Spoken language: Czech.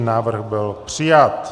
Návrh byl přijat.